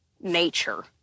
nature